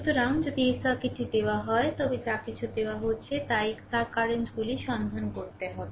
সুতরাং যদি এই সার্কিটটি দেওয়া হয় তবে যা কিছু দেওয়া হচ্ছে তার কারেন্টগুলি সন্ধান করতে হবে